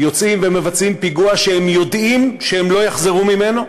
יוצאים ומבצעים פיגוע שהם יודעים שהם לא יחזרו ממנו,